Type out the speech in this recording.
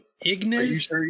Ignis